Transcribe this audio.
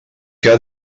què